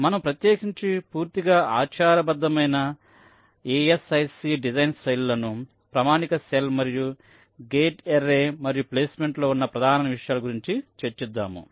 మనము ప్రత్యేకించి పూర్తిగా ఆచారబద్ధమైన A S I C designs శైలులను ప్రామాణిక సెల్ మరియు గేట్ ఎరే మరియు ప్లేస్ మెంట్ లో ఉన్న ప్రధాన విషయాల గురించి చర్చిద్దాము